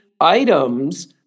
items